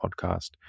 podcast